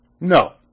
No